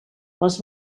les